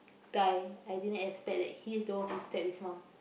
die I didn't expect that he's the one who stab his mum